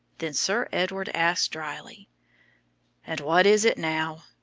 then sir edward asked drily and what is it now?